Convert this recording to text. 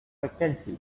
vacancy